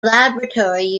laboratory